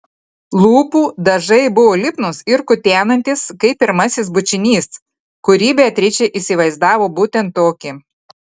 lūpų dažai buvo lipnūs ir kutenantys kaip pirmasis bučinys kurį beatričė įsivaizdavo būtent tokį